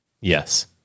Yes